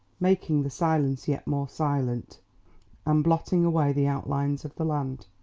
making the silence yet more silent and blotting away the outlines of the land.